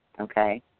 okay